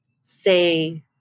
say